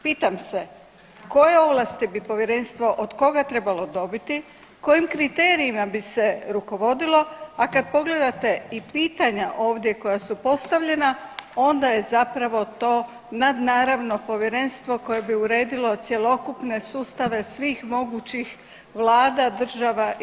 Pitam se, koje ovlasti bi povjerenstvo od koga trebalo dobiti, kojim kriterijima bi se rukovodilo, a kad pogledate i pitanja ovdje koja su postavljena onda je zapravo to nadnaravno povjerenstvo koje bi uredilo cjelokupne sustave svih mogućih vlada, država itd.